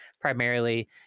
primarily